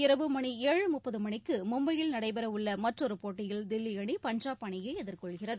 இரவு மணி ஏழு முப்பது மணிக்கு மும்பையில் நடைபெறவுள்ள மற்றொரு போட்டியில் தில்லி அணி பஞ்சாப் அணியை எதிர்கொள்கிறது